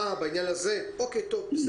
אה, בעניין הזה, טוב.